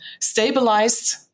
stabilized